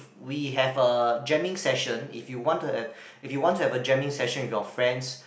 we have a jamming session if you want to have if you want to have a jamming session with your friends